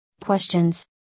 questions